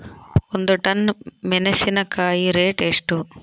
ಒಂದು ಟನ್ ಮೆನೆಸಿನಕಾಯಿ ರೇಟ್ ಎಷ್ಟು?